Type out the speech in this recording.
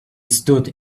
stood